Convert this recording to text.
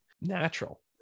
natural